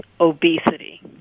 obesity